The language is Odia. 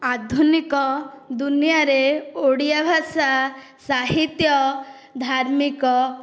ଆଧୁନିକ ଦୁନିଆଁରେ ଓଡ଼ିଆଭାଷା ସାହିତ୍ୟ ଧାର୍ମିକ